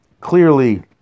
Clearly